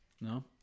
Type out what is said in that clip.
No